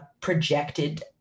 projected